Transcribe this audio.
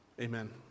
amen